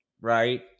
Right